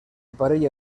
parella